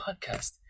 podcast